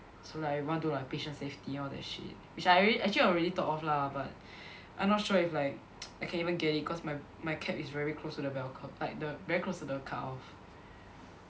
so like I want do like patient safety all that shit which I already actually already thought of lah but I'm not sure if like I can even get it cause my my CAP is very close to the bell curve like the very close to the cut off